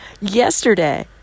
yesterday